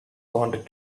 wanted